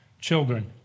children